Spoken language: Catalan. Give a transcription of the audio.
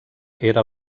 era